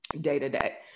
day-to-day